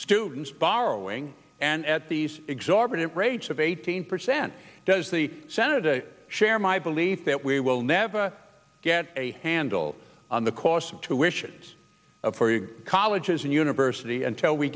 students borrowing and at these exorbitant rates of eighteen percent does the senate a share my belief that we will never get a handle on the cost of tuitions of college and university until we